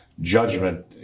judgment